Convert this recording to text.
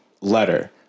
letter